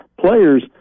players